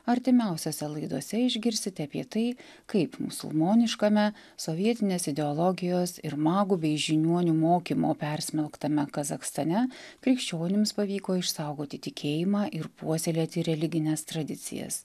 artimiausiose laidose išgirsite apie tai kaip musulmoniškame sovietinės ideologijos ir magų bei žiniuonių mokymo persmelktame kazachstane krikščionims pavyko išsaugoti tikėjimą ir puoselėti religines tradicijas